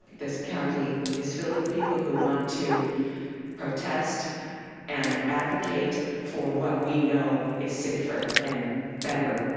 this county is filled with people who want to protest and advocate for what we know is safer and better.